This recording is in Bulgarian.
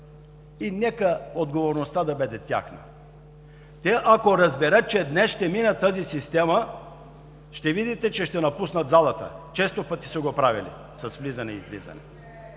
и нека отговорността да бъде тяхна. Те, ако разберат, че днес ще мине тази система, ще видите, че ще напуснат залата. Често пъти са го правили с влизане и излизане.